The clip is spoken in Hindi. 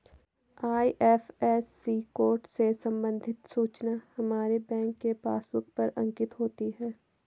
आई.एफ.एस.सी कोड से संबंधित सूचना हमारे बैंक के पासबुक पर अंकित होती है